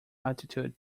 attitude